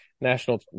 National